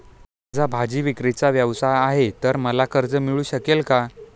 माझा भाजीविक्रीचा व्यवसाय आहे तर मला कर्ज मिळू शकेल का?